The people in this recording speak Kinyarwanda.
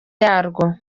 yarwo